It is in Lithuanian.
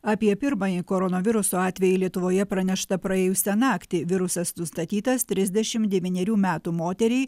apie pirmąjį koronaviruso atvejį lietuvoje pranešta praėjusią naktį virusas nustatytas trisdešim devynerių metų moteriai